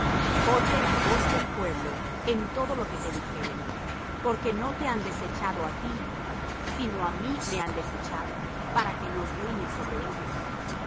oye la voz del pueblo en todo lo que te dijeren porque no te han desechado á ti sino á mí me han desechado para que no reine sobre ellos